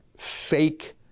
fake